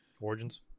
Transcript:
Origins